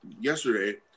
Yesterday